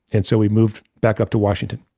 and so, we moved back up to washington.